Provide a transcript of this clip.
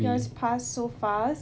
just pass so fast